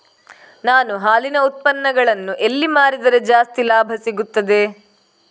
ನಾನು ಹಾಲಿನ ಉತ್ಪನ್ನಗಳನ್ನು ಎಲ್ಲಿ ಮಾರಿದರೆ ಜಾಸ್ತಿ ಲಾಭ ಸಿಗುತ್ತದೆ?